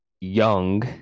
young